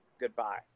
Goodbye